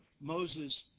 Moses